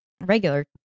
regular